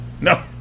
No